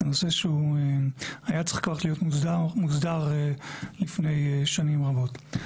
זה נושא שהוא היה צריך כבר להיות מוסדר לפני שנים רבות.